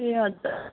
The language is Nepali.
ए हजुर